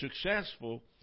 successful